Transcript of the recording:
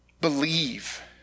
believe